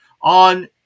on